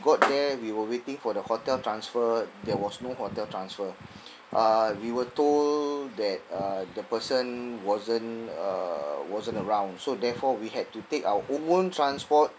got there we were waiting for the hotel transfer there was no hotel transfer uh we were told that uh the person wasn't uh wasn't around so therefore we had to take our own transport